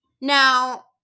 now